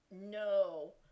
no